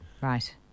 Right